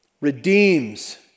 redeems